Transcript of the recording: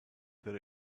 that